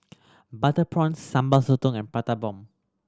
butter prawns Sambal Sotong and Prata Bomb